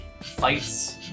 fights